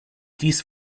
dies